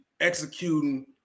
Executing